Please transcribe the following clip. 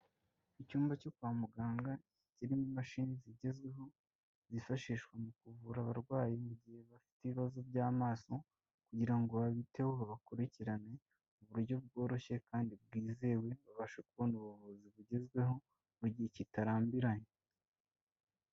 Icyumba cyo kwa muganga kirimo imashini zigezweho zifashishwa mu kuvura abarwayi mu gihe bafite ibibazo by'amaso kugira ngo babiteho babakurikirane, mu buryo bworoshye kandi bwizewe, babashe kubona ubuvuzi bugezweho, mu gihe kitarambiranye.